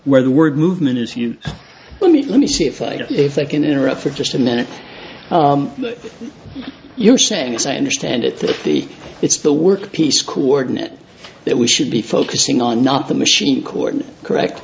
where the word movement is you let me let me see if i if i can interrupt for just a minute you're saying it's a understand it that the it's the workpiece coordinate that we should be focusing on not the machine cord correct